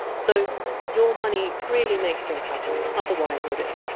so your money really makes things happen that otherwise wouldn!